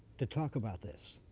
to talk about this.